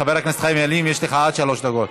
חבר הכנסת חיים ילין, יש לך עד שלוש דקות.